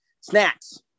snacks